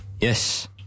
Yes